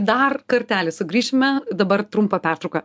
dar kartelį sugrįšime dabar trumpa pertrauka